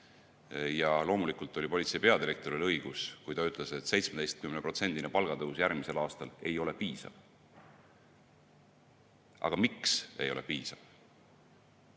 Ja loomulikult oli politsei peadirektoril õigus, kui ta ütles, et 17%-line palgatõus järgmisel aastal ei ole piisav. Aga miks ei ole piisav?